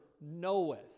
knoweth